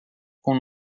com